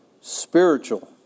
spiritual